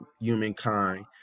humankind